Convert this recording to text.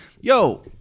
Yo